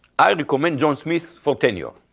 i recommend john smith for tenure.